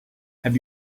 have